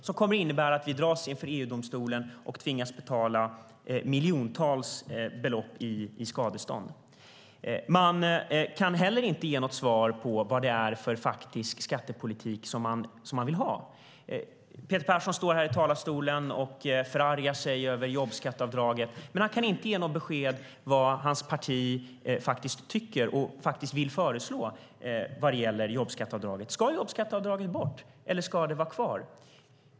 Den kommer att innebära att vi dras inför EU-domstolen och tvingas betala miljonbelopp i skadestånd. Man kan heller inte ge något svar på vad det är för faktisk skattepolitik man vill ha. Peter Persson står i talarstolen och förargar sig över jobbskatteavdraget, men han kan inte ge några besked om vad hans parti faktiskt tycker och vill föreslå vad gäller jobbskatteavdraget. Ska jobbskatteavdraget bort, eller ska det vara kvar?